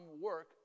work